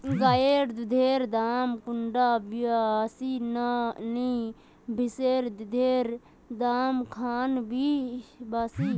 गायेर दुधेर दाम कुंडा बासी ने भैंसेर दुधेर र दाम खान बासी?